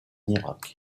irak